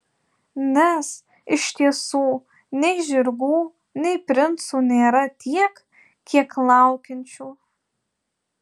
nes iš tiesų nei žirgų nei princų nėra tiek kiek laukiančių